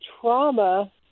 trauma